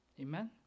Amen